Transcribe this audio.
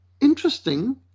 interesting